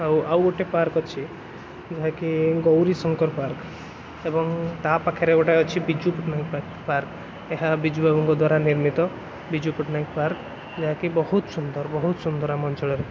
ଆଉ ଆଉ ଗୋଟେ ପାର୍କ ଅଛି ଯାହାକି ଗୌରିଶଙ୍କର ପାର୍କ ଏବଂ ତା ପାଖେରେ ଗୋଟେ ଅଛି ବିଜୁପଟ୍ଟନାୟକ ପାର୍କ ଏହା ବିଜୁବାବୁଙ୍କ ଦ୍ଵାରା ନିର୍ମିତ ବିଜୁପଟ୍ଟନାୟକ ପାର୍କ ଯାହାକି ବହୁତ ସୁନ୍ଦର ବହୁତ ସୁନ୍ଦର ଆମ ଅଞ୍ଚଳରେ